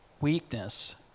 weakness